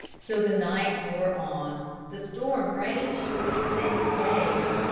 so the night wore on. the storm raged for six days.